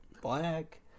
black